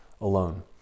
alone